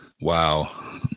Wow